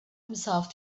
himself